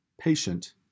patient